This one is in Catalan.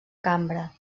cambra